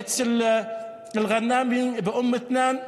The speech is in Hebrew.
אצל אל-ר'אני באום מיתנאן.